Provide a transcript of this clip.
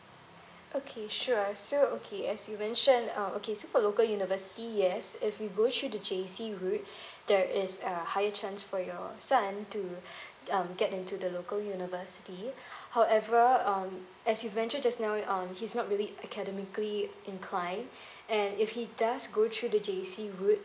okay sure so okay as you mentioned um okay so for local university yes if you go through the J_C route there is a higher chance for your son to um get into the local university however um as you mention just now um he's not really academically incline and if he does go through the J_C route